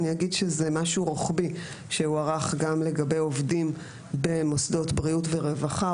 אני אגיד שזה משהו רוחבי שהוארך לגבי עובדים במוסדות בריאות ורווחה,